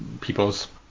people's